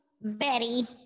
Betty